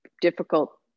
difficult